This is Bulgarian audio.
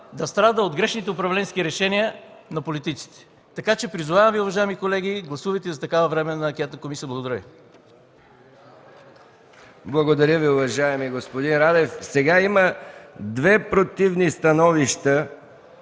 да страда от грешните управленски решения на политиците. Така че, призовавам Ви, уважаеми колеги, гласувайте за такава Временна анкетна комисия. Благодаря Ви. ПРЕДСЕДАТЕЛ МИХАИЛ МИКОВ: Благодаря Ви, уважаеми господин Радев. Има две противни становища.